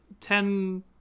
Ten